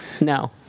No